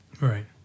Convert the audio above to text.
Right